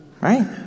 right